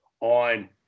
on